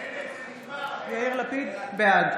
בעד